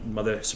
Mother